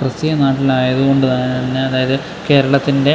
ക്രിസ്തീയ നാട്ടിലായതുകൊണ്ട് തന്നെ അതായത് കേരളത്തിൻ്റെ